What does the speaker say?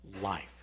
life